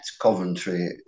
Coventry